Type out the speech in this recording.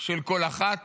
של כל אחת